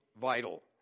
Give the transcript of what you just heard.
vital